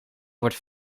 wordt